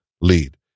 lead